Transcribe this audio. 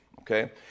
okay